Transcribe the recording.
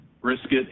brisket